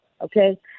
okay